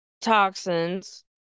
toxins